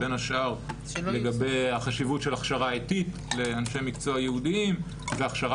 בין השאר לגבי החשיבות של הכשרה לאנשי מקצוע ייעודיים והכשרה